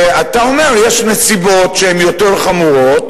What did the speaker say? אתה אומר שיש נסיבות שהן יותר חמורות,